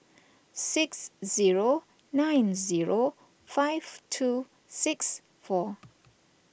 six zero nine zero five two six four